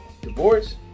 divorce